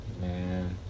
Man